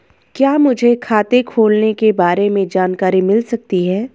क्या मुझे खाते खोलने के बारे में जानकारी मिल सकती है?